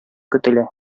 көтелә